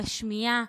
בשמיעה,